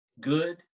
good